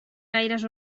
gaires